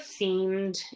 themed